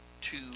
two